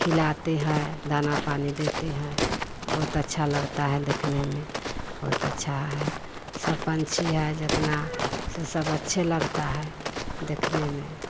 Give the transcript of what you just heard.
खिलाते हैं दाना पानी देते हैं बहुत अच्छा लगता है देखने में बहुत अच्छा है सब पंछी हैं जितना से सब अच्छे लगता है देखने में